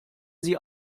sie